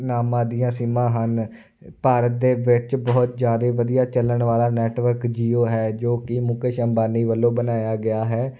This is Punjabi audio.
ਨਾਮਾਂ ਦੀਆਂ ਸਿੰਮਾਂ ਹਨ ਭਾਰਤ ਦੇ ਵਿੱਚ ਬਹੁਤ ਜ਼ਿਆਦਾ ਵਧੀਆ ਚੱਲਣ ਵਾਲਾ ਨੈਟਵਰਕ ਜੀਓ ਹੈ ਜੋ ਕਿ ਮੁਕੇਸ਼ ਅੰਬਾਨੀ ਵੱਲੋਂ ਬਣਾਇਆ ਗਿਆ ਹੈ